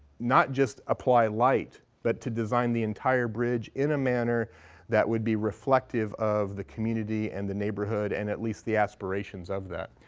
not just apply light but to design the entire bridge in a manner that would be reflective of the community and the neighborhood and at least the aspirations of that.